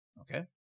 Okay